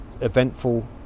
eventful